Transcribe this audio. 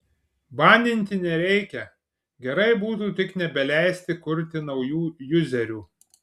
baninti nereikia gerai būtų tik nebeleisti kurti naujų juzerių